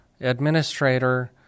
administrator